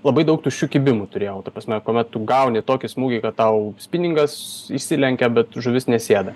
labai daug tuščių kibimų turėjau ta prasme kuomet tu gauni tokį smūgį kad tau spiningas išsilenkia bet žuvis nesėda